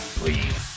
please